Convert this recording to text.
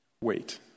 Wait